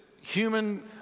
Human